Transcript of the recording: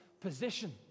position